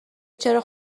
چرا